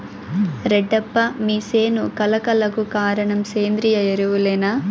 రెడ్డప్ప మీ సేను కళ కళకు కారణం సేంద్రీయ ఎరువులేనా